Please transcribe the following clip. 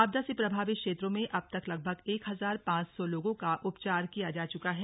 आपदा से प्रभावित क्षेत्रों में अबतक लगभग एक हजार पांच सौ लोगों का उपचार किया जा चुका है